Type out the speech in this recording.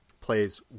plays